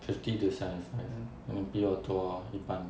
fifty to seventy five 你比我多一半